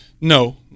No